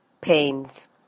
pains